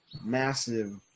massive